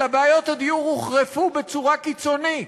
אלא בעיות הדיור הוחרפו בצורה קיצונית.